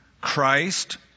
Christ